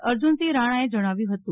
અર્જનસિંહ રાણા એ જણાવ્યું હતું